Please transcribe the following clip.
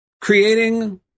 creating